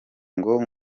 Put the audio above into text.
ngo